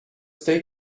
stay